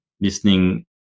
listening